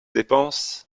dépenses